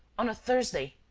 on a thursday.